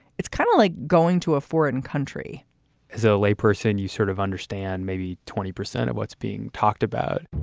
it's kind of like going to a foreign country as a lay person, you sort of understand maybe twenty percent of what's being talked about